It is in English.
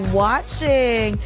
watching